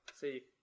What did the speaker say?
See